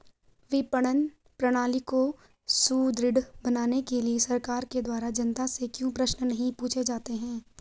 विपणन प्रणाली को सुदृढ़ बनाने के लिए सरकार के द्वारा जनता से क्यों प्रश्न नहीं पूछे जाते हैं?